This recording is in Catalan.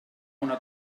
una